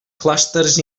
clústers